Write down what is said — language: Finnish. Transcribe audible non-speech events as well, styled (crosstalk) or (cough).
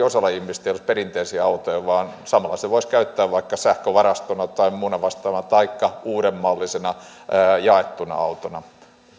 (unintelligible) osalla ihmisistä olisi perinteisiä autoja vaan samalla voisi käyttää vaikka sähkövarastona tai muuna vastaavana taikka uudenmallisena jaettuna autona